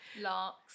Larks